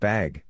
Bag